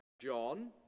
John